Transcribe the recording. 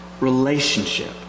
relationship